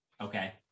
Okay